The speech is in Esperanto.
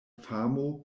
famo